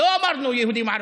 לא אמרנו יהודים ערבים.